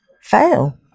fail